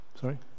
Sorry